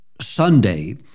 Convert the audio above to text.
Sunday